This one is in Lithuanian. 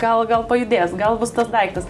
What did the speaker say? gal gal pajudės gal bus tas daiktas